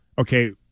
okay